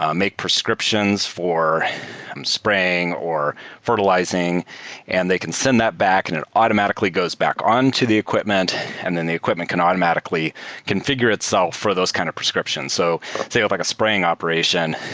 um make prescriptions for spring or fertilizing and they can send that back and it automatically goes back on to the equipment and then the equipment can automatically configure itself for those kind of prescriptions. so say of like a spring operation,